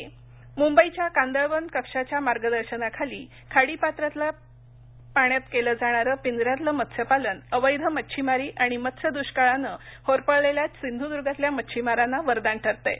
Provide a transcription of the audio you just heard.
कांदळवन संरक्षण मुंबईच्या कांदळवन कक्षाच्या मार्गदर्शनाखाली खाडीपात्रातल्या पाण्यात केल जाणार पिंजऱ्यातल मत्स्यपालन अवैध मचिछमारी आणि मत्स्य् दुष्काळाने होरपळलेल्या सिंधुदुर्गातल्या मच्छिमारांना वरदान ठरतंय